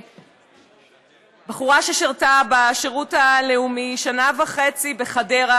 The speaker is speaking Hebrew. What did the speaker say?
בחורה שירתה בשירות הלאומי שנה וחצי בחדרה,